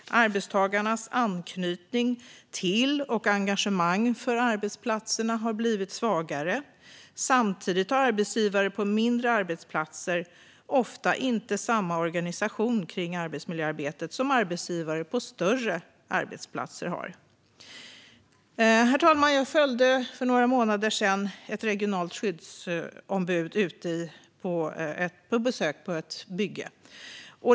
Arbetstagarnas anknytning till och engagemang för arbetsplatserna har blivit svagare. Samtidigt har arbetsgivare på mindre arbetsplatser ofta inte samma organisation kring arbetsmiljöarbetet som arbetsgivare på större arbetsplatser har. Herr talman! Jag följde för några månader sedan ett regionalt skyddsombud vid ett besök ute på ett bygge.